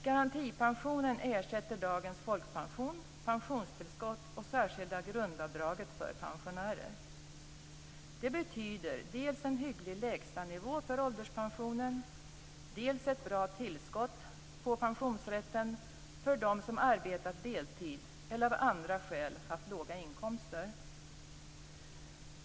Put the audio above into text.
Garantipensionen ersätter dagens folkpension, pensionstillskott och särskilda grundavdraget för pensionärer. Det betyder dels en hygglig lägstanivå för ålderspensionen, dels ett bra tillskott till pensionsrätten för dem som arbetat deltid eller av andra skäl haft låga inkomster.